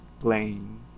playing